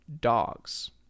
dogs